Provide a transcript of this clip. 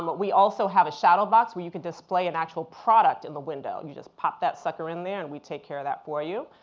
but we also have a shadow box where you can display an actual product in the window. and you just pop that sucker in there and we take care of that for you.